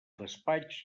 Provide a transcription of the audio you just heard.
despatx